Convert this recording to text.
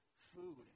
food